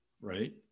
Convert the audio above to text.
right